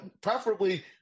preferably